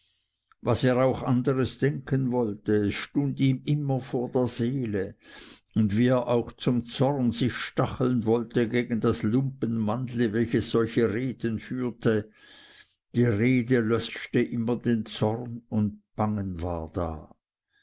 was er auch anderes denken wollte es stund ihm immer vor der seele und wie er auch zum zorn sich stacheln wollte gegen das lumpenmannli welches solche reden führe die rede löschte immer den zorn und bangen war da